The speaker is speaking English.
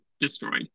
destroyed